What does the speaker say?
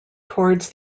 towards